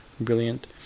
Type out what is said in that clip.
Brilliant